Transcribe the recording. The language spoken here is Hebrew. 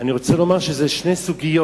אני רוצה לומר שאלה שתי סוגיות.